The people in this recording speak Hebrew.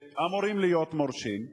שאמורים להיות מורשים,